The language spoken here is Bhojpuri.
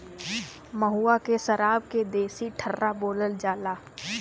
महुआ के सराब के देसी ठर्रा बोलल जाला